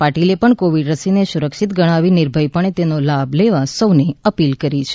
પાટીલે પણ કોવિડ રસીને સુરક્ષિત ગણાવી નિર્ભયપણે તેનો લાભ લેવા સૌને અપીલ કરી છે